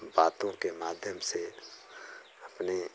बातों के माध्यम से अपने